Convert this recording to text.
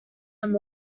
them